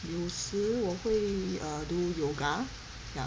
有时我会 err do yoga